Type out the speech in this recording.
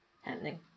happening